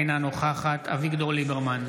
אינה נוכחת אביגדור ליברמן,